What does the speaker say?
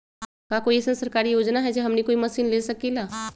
का कोई अइसन सरकारी योजना है जै से हमनी कोई मशीन ले सकीं ला?